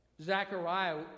Zechariah